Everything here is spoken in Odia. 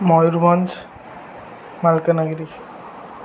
ମୟୂୁରଭଞ୍ଜ ମାଲକାନଗିରି